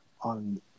on